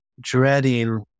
dreading